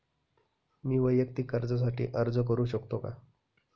मी वैयक्तिक कर्जासाठी अर्ज करू शकतो का?